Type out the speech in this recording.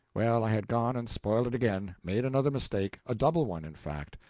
well, i had gone and spoiled it again, made another mistake. a double one, in fact.